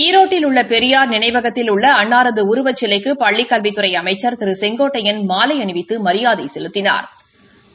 ஈரோட்டில் உள்ள பெரியார் நினைவகத்தில் உள்ள அன்னாரது உருவச்சிலைக்கு பள்ளிக்கல்வித்துறை அமைச்சா் திரு செங்கோட்டையன் மாலை அணிவித்து மரியாதை செலுத்தினாா்